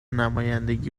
نمایندگی